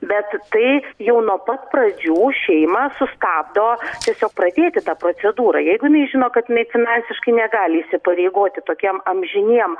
bet tai jau nuo pat pradžių šeimą sustabdo tiesiog pradėti tą procedūrą jeigu jinai žino kad jinai finansiškai negali įsipareigoti tokiem amžiniem